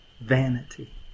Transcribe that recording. Vanity